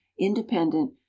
independent